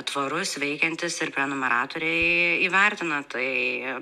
tvarus veikiantis ir prenumeratoriai įvertina tai